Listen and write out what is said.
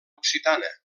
occitana